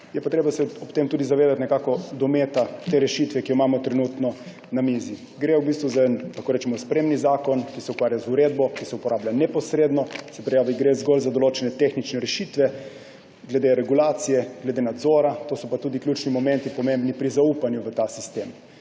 je pa treba ob tem tudi zavedati dometa rešitve, ki jo imamo trenutno na mizi. Gre za en, lahko rečemo, spremni zakon, ki se ukvarja z uredbo, ki se uporablja neposredno. Se pravi, gre zgolj za določene tehnične rešitve glede regulacije, glede nadzora. To so pa tudi ključni momenti, pomembni pri zaupanju v ta sistem.